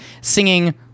singing